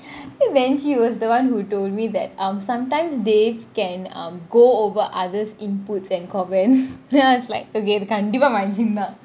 and then she was the one who told me that um sometimes they can go over others inputs and comments then I was like okay கண்டிப்பா மிஞ்சின் தான் :kandipa mainchin thaan